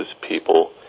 people